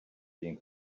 being